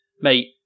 Mate